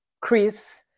Chris